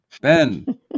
Ben